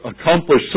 accomplish